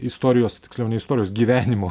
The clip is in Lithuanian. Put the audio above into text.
istorijos tiksliau ne istorijos gyvenimo